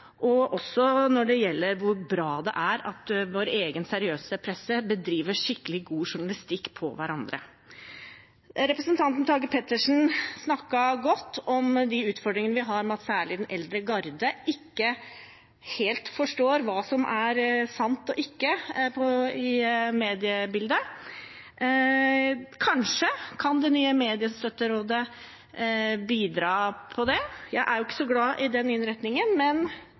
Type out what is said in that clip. og også når det gjelder hvor bra det er at vår egen seriøse presse bedriver skikkelig god journalistikk om hverandre. Representanten Tage Pettersen snakket godt om de utfordringene vi har med at særlig den eldre garde ikke helt forstår hva som er sant og ikke sant i mediebildet. Kanskje kan det nye mediestøtterådet bidra til det? Jeg er ikke så glad i den innretningen, men